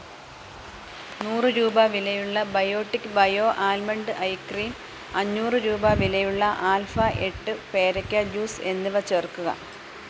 നൂറ് രൂപ വിലയുള്ള biotic bio almond ice cream അഞ്ഞൂറ് രൂപ വിലയുള്ള ആൽഫ എട്ട് പേരക്ക ജ്യൂസ് എന്നിവ ചേർക്കുക